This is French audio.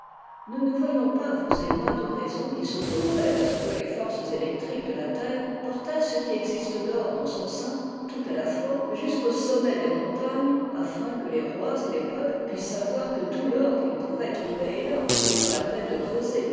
nous ne voyons pas vous et moi de raison qui s'opposerait à ce que les forces électriques de la terre portassent ce qui existe d'or dans son sein tout à la fois jusqu'au sommet des montagnes afin que les rois et les peuples puissent savoir que tout l'or qu'ils pourraient trouver est là et sans la peine de creuser